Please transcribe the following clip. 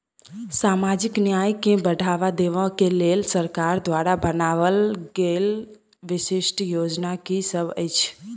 सामाजिक न्याय केँ बढ़ाबा देबा केँ लेल सरकार द्वारा बनावल गेल विशिष्ट योजना की सब अछि?